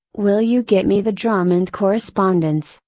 will you get me the drummond correspondence,